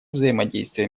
взаимодействия